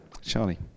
Charlie